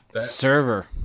server